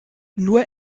nur